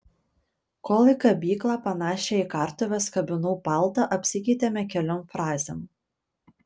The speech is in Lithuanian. kol į kabyklą panašią į kartuves kabinau paltą apsikeitėme keliom frazėm